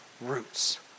roots